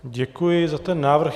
Děkuji za ten návrh.